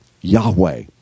Yahweh